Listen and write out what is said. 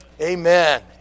amen